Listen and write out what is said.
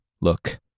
look